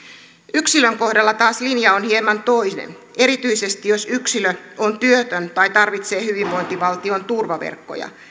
yksilön kohdalla taas linja on hieman toinen erityisesti jos yksilö on työtön tai tarvitsee hyvinvointivaltion turvaverkkoja